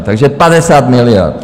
Takže 50 miliard.